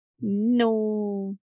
no